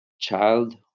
child